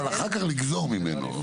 אבל אחר כך לגזור ממנו.